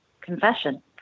confession